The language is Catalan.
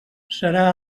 serà